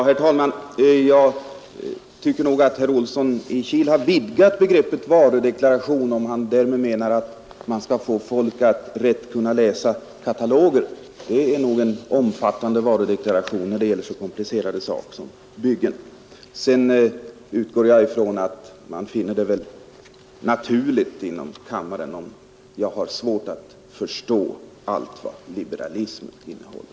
Herr talman! Herr Olsson i Kil har vidgat begreppet varudeklaration för mycket, om han syftar till att man skall rätt kunna läsa huskataloger. Det blir en helt orimlig varudeklaration när det gäller så komplicerade saker som byggen. Jag utgår ifrån att man finner det naturligt inom kammaren om jag har svårt att förstå allt vad liberalismen tydligen kan innehålla.